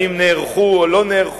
האם נערכו או לא נערכו,